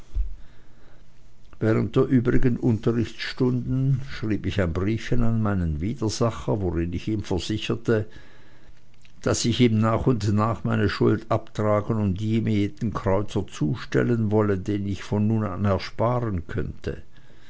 während der übrigen unterrichtsstunden schrieb ich ein briefchen meinem widersacher worin ich ihn versicherte daß ich ihm nach und nach meine schuld abtragen und ihm jeden kreuzer zustellen wolle den ich von nun an ersparen könnte